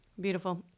Beautiful